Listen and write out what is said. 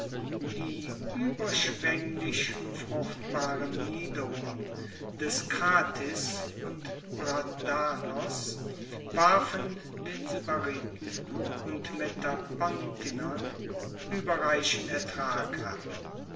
die ueberschwenglich fruchtbaren niederungen des krathis und bradanos warfen den sybariten und metapontinern ueberreichen ertrag ab